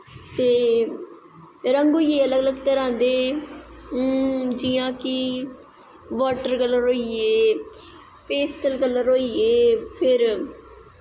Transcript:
ते रंग होइये अलग अलग तरां दे जियां की बाट्टर कल्लर होइये फेस्कल कल्लर होइये फिर